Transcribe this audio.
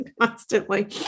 Constantly